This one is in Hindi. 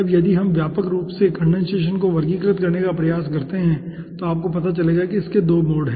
अब यदि हम व्यापक रूप से कंडेनसेशन को वर्गीकृत करने का प्रयास करते हैं तो यह पता चलेगा कि इसके 2 मोड हैं